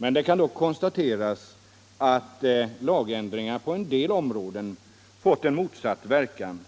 skett. Det kan dock konstateras att lagändringen på en del områden fått motsatt verkan.